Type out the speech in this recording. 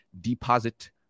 deposit